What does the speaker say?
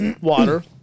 Water